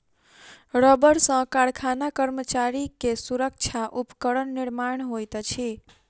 रबड़ सॅ कारखाना कर्मचारी के सुरक्षा उपकरण निर्माण होइत अछि